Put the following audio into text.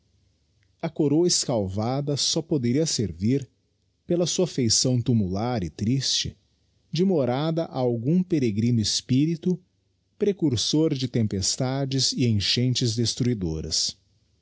a coroa escalvada fó poderia servir pela sua feição tumular e triste de morada a algum peregrino espirito precursor de tempestades e enchentes destruidoras